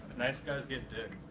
nice guys get dick.